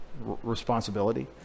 responsibility